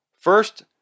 first